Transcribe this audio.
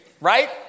right